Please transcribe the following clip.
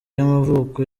y’amavuko